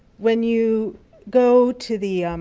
when you go to the